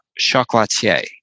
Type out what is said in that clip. Chocolatier